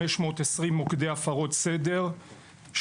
520 מוקדי הפרות סדר,